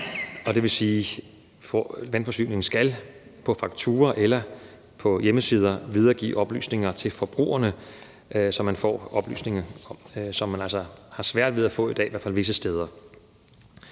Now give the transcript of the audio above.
Det vil sige, at vandforsyningen på fakturaen eller på hjemmesiden skal videregive oplysninger til forbrugerne, så man får oplysninger, som man altså har sværere ved at få i dag, i hvert fald visse steder.